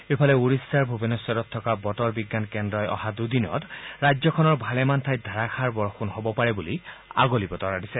ইফালে ওড়িশাৰ ভূৱনেশ্বৰত থকা বতৰ বিজ্ঞান কেন্দ্ৰই অহা দুদিনত ৰাজ্যখনৰ ভালেমান ঠাইত ধাৰাষাৰ বৰষুণ হ'ব পাৰে বুলি আগলি বতৰা দিছে